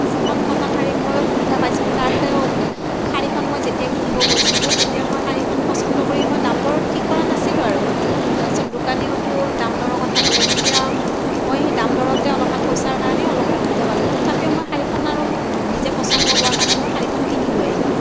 যিখন কটন শাড়ী মই সুবিধা পাইছিলোঁ তাৰে শাড়ীখন মই যেতিয়া কিনিব গৈছিলোঁ তেতিয়া মই শাড়ীখন পছন্দ কৰি মই দাম দৰ ঠিক কৰা নাছিলোঁ আৰু তাৰপাছত দোকানীওটো দাম দৰৰ কথা ক'লে তেতিয়া মই সেই দাম দৰতে অলপমান পইচাৰ কাৰণে অলপ অসুবিধা পালোঁ তথাপিও মই শাড়ীখন আৰু নিজে পছন্দ হোৱাৰ কাৰণে মই শাড়ীখন কিনি লৈ আহিলোঁ